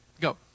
go